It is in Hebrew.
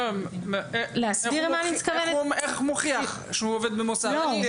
איך הוא מוכיח שהוא עובד במוסד?